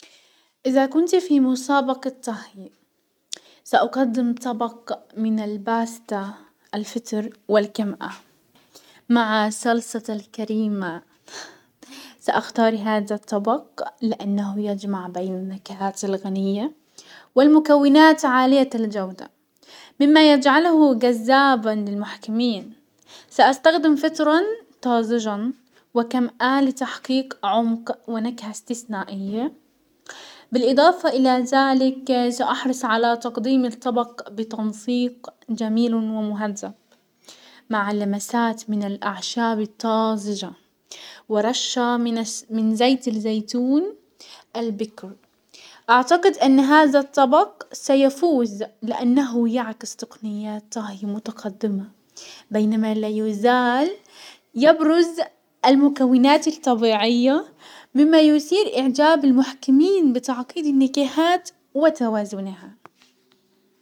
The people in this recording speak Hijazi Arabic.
ازا كنت في مسابقة طهي ساقدم طبق من الباستا الفطر والكمأة مع صلصة الكريمة، ساختار هذا الطبق لانه يجمع بين النكهات الغنية والمكونات عالية الجودة مما يجعله جزابا للمحكمين. ساستخدم فطرا طازجا وكمأة لتحقيق عمق ونكهة استسنائية، بالاضافة الى زلك ساحرص على تقديم الطبق تنسيق جميل ومهذب مع اللمسات من الاعشاب الطازجة ورشة من -من زيت الزيتون البكر. اعتقد ان هذا الطبق سيفوز لانه يعكس تقنيات طهي متقدمة بينما لا يزال يبرز المكونات الطبيعية، مما يثير اعجاب المحكمين بتعقيد النكاحات وتوازنها.